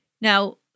Now